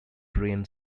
brain